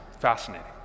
fascinating